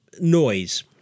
noise